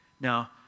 Now